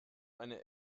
eine